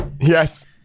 Yes